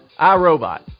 iRobot